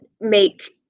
make